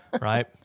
right